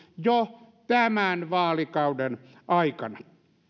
jo tämän vaalikauden aikana